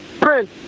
Prince